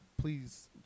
please